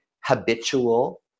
habitual